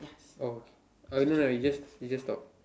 oh oh no no you just you just talk